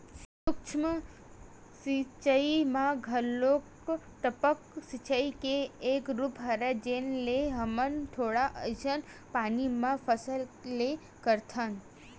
सूक्ष्म सिचई म घलोक टपक सिचई के एक रूप हरय जेन ले हमन थोड़ा अकन पानी म फसल ले सकथन